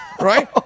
Right